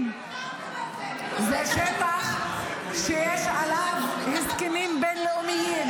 ------- זה שטח שיש עליו הסכמים בין-לאומיים.